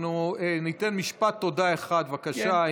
אנחנו ניתן משפט תודה אחד, בבקשה.